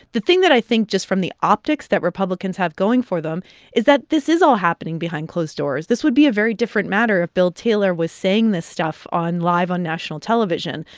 the thing that, i think just from the optics that republicans have going for them is that this is all happening behind closed doors. this would be a very matter if bill taylor was saying this stuff on live on national television.